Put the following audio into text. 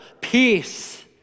peace